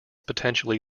potentially